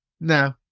no